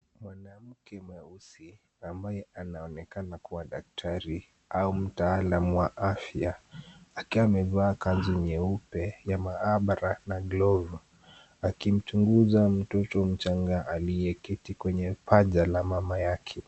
Mwanamke mweusi, ambaye anaonekana kuwa daktari au mtaalamu wa afya, akiwa amevaa kanzu nyeupe ya maabara na glovu, akimchunguza mtoto mchanga aliyeketi kwenye paja la mama yake.